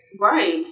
Right